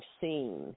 seen